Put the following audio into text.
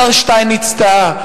השר שטייניץ טעה.